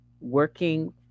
working